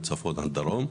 מצפון עד דרום.